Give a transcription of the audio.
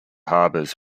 harbours